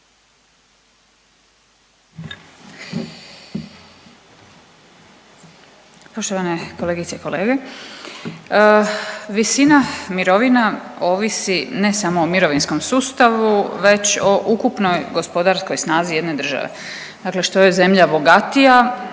Poštovane kolegice i kolege, visina mirovina ovisi ne samo o mirovinskom sustavu već o ukupnoj gospodarskoj snazi jedne države, dakle što je zemlje bogatija,